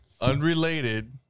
Unrelated